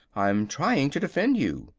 i'm trying to defend you,